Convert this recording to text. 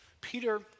Peter